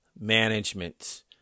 management